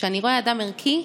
כשאני רואה אדם ערכי,